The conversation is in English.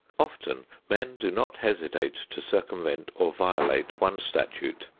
often men do not hesitate to circumvent or violate one statute,